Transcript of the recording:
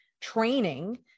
training